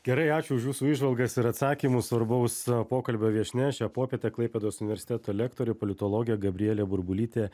gerai ačiū už jūsų įžvalgas ir atsakymus svarbaus pokalbio viešnia šią popietę klaipėdos universiteto lektorė politologė gabrielė burbulytė